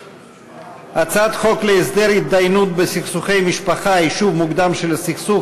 הצעת חוק להסדר התדיינויות בסכסוכי משפחה (יישוב מוקדם של הסכסוך),